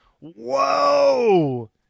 Whoa